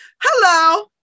Hello